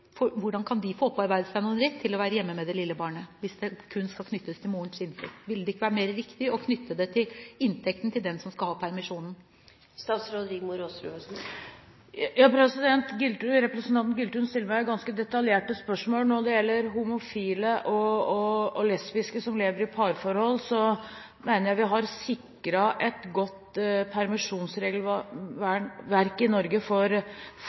Hvordan kan de opparbeide seg rett til å være hjemme med det lille barnet, hvis det kun skal knyttes til morens inntekt? Ville det ikke være mer riktig å knytte det til inntekten til den som skal ha permisjonen? Representanten Giltun stiller meg ganske detaljerte spørsmål. Når det gjelder homofile og lesbiske som lever i parforhold, mener jeg vi har sikret et godt permisjonsregelverk i Norge også for dem. Detaljerte regler for hvordan det er hvis en svensk arbeidstaker arbeider i Norge,